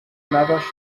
نداشتم